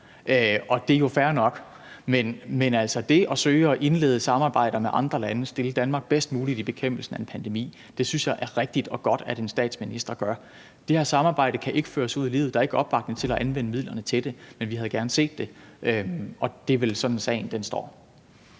Og det er jo fair nok. Men altså, det at søge at indlede et samarbejde med andre lande og stille Danmark bedst muligt i bekæmpelsen af en pandemi synes jeg er rigtigt og godt at en statsminister gør. Det her samarbejde kan ikke føres ud i livet; der er ikke opbakning til at anvende midlerne til det, men det havde vi gerne set. Og det er vel sådan, sagen står.